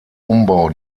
umbau